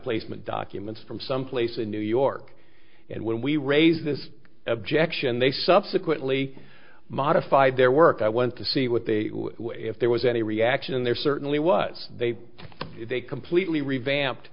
placement documents from some place in new york and when we raised this objection they subsequently modified their work i went to see what they if there was any reaction there certainly was they they completely revamped